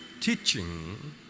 teaching